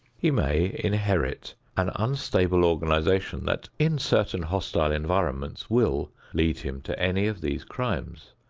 he may inherit an unstable organization that in certain hostile environments will lead him to any of these crimes.